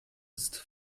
ist